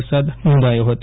વરસાદ નોંધાયો ફતો